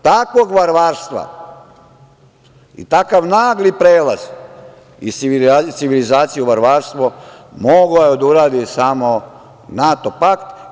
Takvog varvarstva i takav nagli prelaz iz civilizacije u varvarstvo, mogao je da uradi samo NATO pakt.